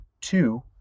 two